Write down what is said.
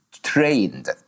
trained